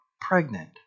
pregnant